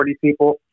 people